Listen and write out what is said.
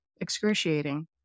excruciating